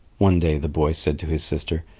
one day the boy said to his sister,